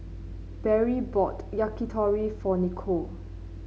Beryl bought Yakitori for Nikole